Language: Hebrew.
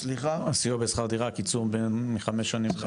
סיוע בשכר דירה, קיצור מחמש שנים.